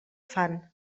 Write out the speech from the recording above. fan